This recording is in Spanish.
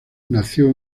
nació